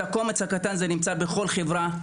הקומץ הקטן נמצא בכל חברה,